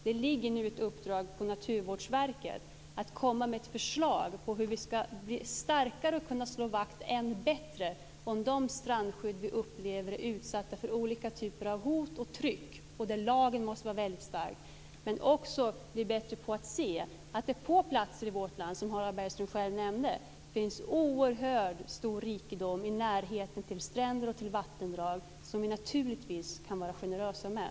Det ligger nu ett uppdrag på Naturvårdsverket att lägga fram ett förslag till hur vi starkare ska kunna slå vakt om de strandskydd som vi upplever är utsatta för olika typer av hot och tryck och där lagen måste vara väldigt stark. Man måste också bli bättre på att se att det på platser i vårt land, som Harald Bergström själv nämnde, finns en oerhört stor rikedom i närheten av stränder och vattendrag, som vi naturligtvis kan vara generösa med.